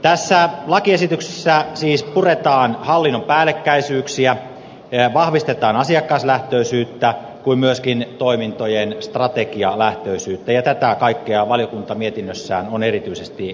tässä lakiesityksessä siis puretaan hallinnon päällekkäisyyksiä vahvistetaan niin asiakaslähtöisyyttä kuin myöskin toimintojen strategialähtöisyyttä ja tätä kaikkea valiokunta on mietinnössään erityisesti korostanut